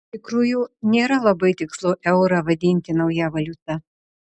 iš tikrųjų nėra labai tikslu eurą vadinti nauja valiuta